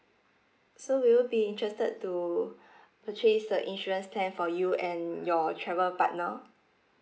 so will you be interested to purchase the insurance plan for you and your travel partner